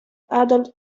adult